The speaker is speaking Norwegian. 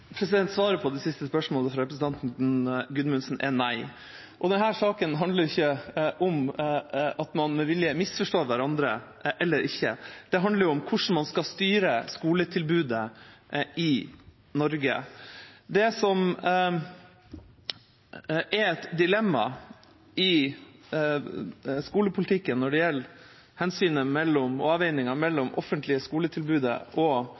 Gudmundsen er nei. Denne saken handler ikke om hvorvidt man med vilje misforstår hverandre eller ikke. Det handler om hvordan man skal styre skoletilbudet i Norge. Dilemmaet i skolepolitikken når det gjelder avveiningen mellom det offentlige skoletilbudet og godkjenning av privatskoleplasser, er et dilemma som regjeringspartiene ikke ser ut til å anerkjenne. Man kan sitte i et kommunestyre og